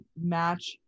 match